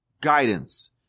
guidance